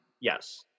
Yes